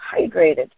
hydrated